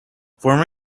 former